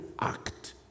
act